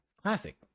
Classic